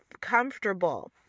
comfortable